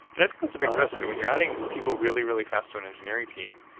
and i think there's a big risk. when you're adding people really, really fast to an engineering team,